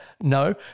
No